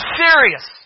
serious